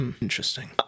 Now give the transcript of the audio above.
Interesting